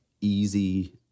easy